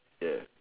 ya